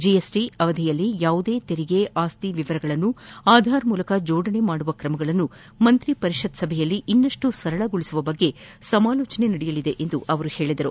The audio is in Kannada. ಜಿಎಸ್ಟ ಅವಧಿಯಲ್ಲಿ ಯಾವುದೇ ತೆರಿಗೆ ಆಸ್ತಿ ವಿವರಗಳನ್ನು ಆಧಾರ್ ಮೂಲಕ ಜೋಡಣೆ ಮಾಡುವ ಕ್ರಮಗಳನ್ನು ಮಂತ್ರಿ ಪರಿಷತ್ ಸಭೆಯಲ್ಲಿ ಇನ್ನಷ್ಟು ಸರಳಗೊಳಿಸುವ ಬಗ್ಗೆ ಸಮಾಲೋಚನೆ ನಡೆಯಲಿದೆ ಎಂದು ಅವರು ತಿಳಿಸಿದರು